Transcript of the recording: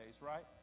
right